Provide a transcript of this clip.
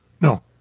No